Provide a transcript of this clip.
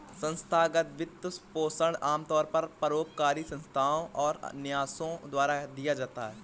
संस्थागत वित्तपोषण आमतौर पर परोपकारी संस्थाओ और न्यासों द्वारा दिया जाता है